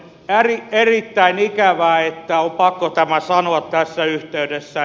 on erittäin ikävää että on pakko tämä sanoa tässä yhteydessä